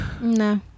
no